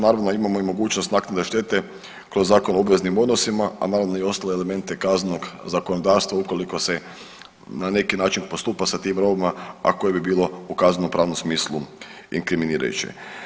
Naravno imamo i mogućnost naknade štete kroz Zakon o obveznim odnosima, a naravno i ostale elemente kaznenog zakonodavstva ukoliko se na neki način postupa sa tim robama, a koje bi bilo u kaznenopravnom smislu inkriminirajuće.